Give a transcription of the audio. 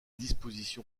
disposition